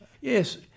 Yes